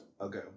Okay